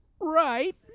right